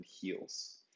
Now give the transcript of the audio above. heals